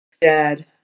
Dad